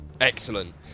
Excellent